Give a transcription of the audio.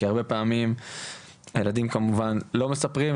כי הרבה פעמים הילדים כמובן לא מספרים,